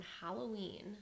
Halloween